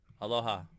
Aloha